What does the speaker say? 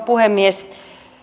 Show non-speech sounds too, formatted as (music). (unintelligible) puhemies